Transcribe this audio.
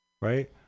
right